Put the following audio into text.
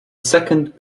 second